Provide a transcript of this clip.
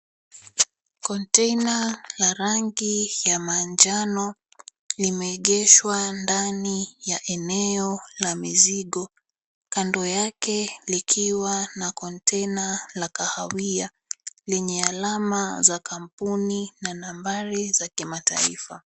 Kontena la rangi ya manjano limeegeshwa ndani ya eneo la mizigo, kando yake likiwa na kontena la kahawia lenye alama za kampuni na nambari za kimataifa.